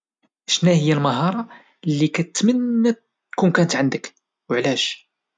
شناهيا المهارة اللي كتمنى تكون عندك وعلاش؟